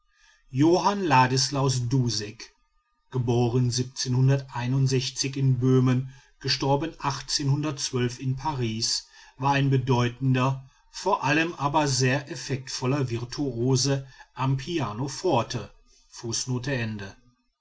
johann ladislaus du geboren in böhmen in paris war ein bedeutender vor allem aber sehr effektvoller virtuose am pianoforte